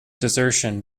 desertion